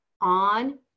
on